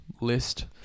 list